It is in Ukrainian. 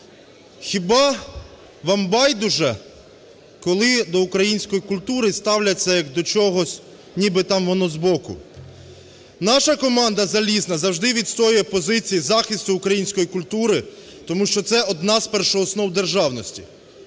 Хіба вам байдуже, коли до української культури ставляться як до чогось, ніби там воно збоку? Наша команда залізна завжди відстоює позиції захисту української культури, тому що це одна з першооснов державності.